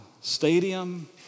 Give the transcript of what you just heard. stadium